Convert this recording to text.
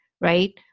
right